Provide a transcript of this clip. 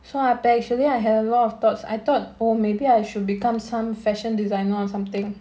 so I actually I had a lot of thoughts I thought oh maybe I should become some fashion designer on something